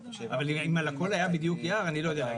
אבל להגיד אם הכול היה יער אני לא יודע להגיד.